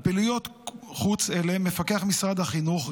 על פעילויות-חוץ אלה מפקח משרד החינוך,